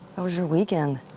how was your weekend?